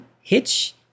Hitch